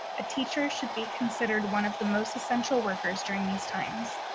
a teacher should be considered one of the most essential workers during these times.